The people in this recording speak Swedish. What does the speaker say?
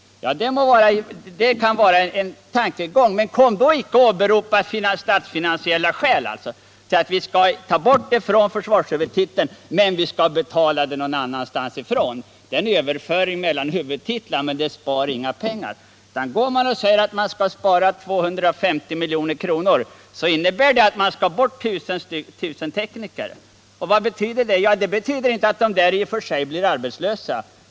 Det kan vara en tankegång, men kom då inte och åberopa statsfinansiella skäl. Att ta bort pengar från försvarshuvudtiteln men betala det över någon annan huvudtitel är en överföring mellan huvudtitlar, men det spar inga pengar. Säger man att man skall spara 250 milj.kr. innebär det att man tar bort 1 000 tekniker. Det betyder i och för sig inte att alla dessa människor blir arbetslösa.